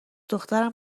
دخترم